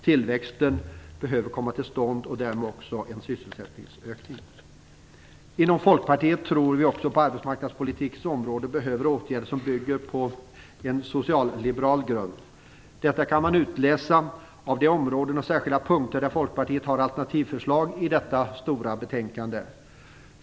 Tillväxten behöver komma till stånd och därmed också en sysselsättningsökning. Inom Folkpartiet tror vi att det också på arbetsmarknadspolitikens område behövs åtgärder som bygger på en socialliberal grund. Detta kan man utläsa av de alternativförslag som Folkpartiet lägger fram på vissa områden och särskilda punkter i detta stora betänkande.